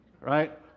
right